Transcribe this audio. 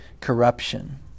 corruption